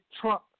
Trump